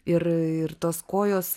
ir ir tos kojos